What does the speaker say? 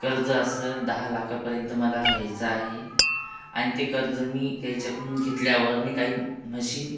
कर्ज असं दहा लाखापर्यंत मला घ्यायचं आहे आणि ते कर्ज मी तेच्याकून घेतल्यावर मी काही म्हशीन